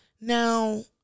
Now